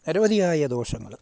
നിരവധിയായ ദോഷങ്ങൾ